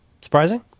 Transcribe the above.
surprising